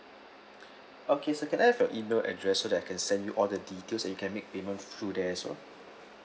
okay sir can I have your email address so that I can send you all the details and you can make payments through there as well